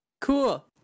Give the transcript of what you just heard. Cool